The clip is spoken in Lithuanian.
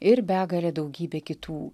ir begalė daugybė kitų